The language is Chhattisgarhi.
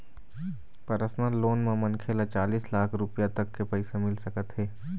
परसनल लोन म मनखे ल चालीस लाख रूपिया तक के पइसा मिल सकत हे